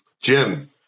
Jim